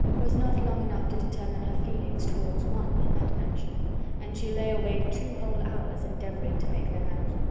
was not long enough to determine her feelings towards one in that mansion and she lay awake two whole hours endeavouring to make them out.